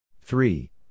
Three